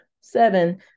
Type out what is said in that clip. Seven